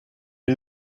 est